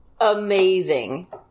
Amazing